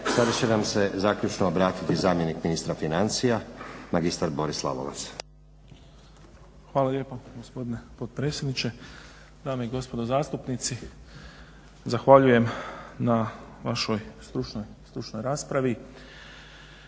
Sad će nam se zaključno obratiti zamjenik ministra financija mr. Boris Lalovac. **Lalovac, Boris** Hvala lijepo gospodine potpredsjedniče Dame i gospodo zastupnici. Zahvaljujem na vašoj stručnoj raspravi.